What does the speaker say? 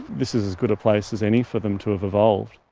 this is as good a place as any for them to have evolved.